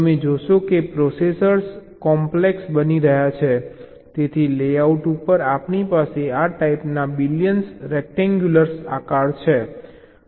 તમે જોશો કે પ્રોસેસર્સ કોમ્પ્લેક્સ બની રહ્યા છે તેથી લેઆઉટ ઉપર આપણી પાસે આ ટાઈપના બિલિયન્સ રેક્ટેન્ગ્યુલર આકાર છે